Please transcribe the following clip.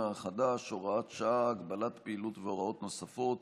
החדש (הוראת שעה) (הגבלת פעילות והוראות נוספות)